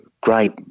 great